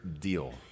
deal